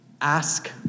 Ask